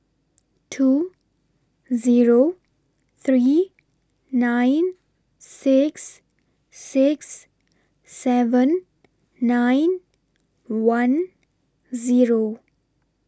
two Zero three nine six six seven nine one Zero